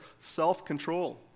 self-control